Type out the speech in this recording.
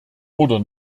oder